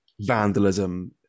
vandalism